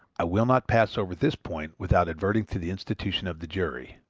i will not pass over this point without adverting to the institution of the jury.